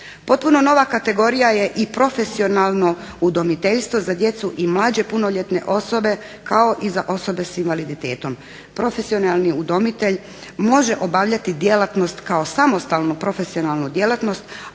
Potpuno nova kategorija je i profesionalno udomiteljstvo za djecu i mlađe punoljetne osobe kao i za osobe sa invaliditetom. Profesionalni udomitelj može obavljati djelatnost kao samostalnu profesionalnu djelatnost